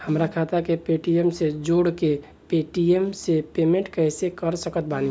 हमार खाता के पेटीएम से जोड़ के पेटीएम से पेमेंट कइसे कर सकत बानी?